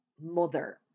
Mother